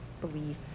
belief